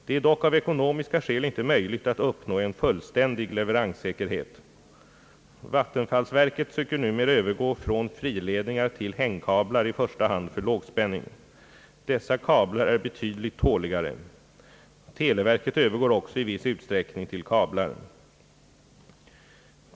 Det är dock av ekonomiska skäl inte möjligt att uppnå fullständig leveranssäkerhet. Vattenfallsverket söker numera övergå från friledningar till hängkablar i första hand för lågspänning. Dessa kablar är betydligt tåligare. Televerket övergår också i viss utsträckning till kablar.